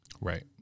Right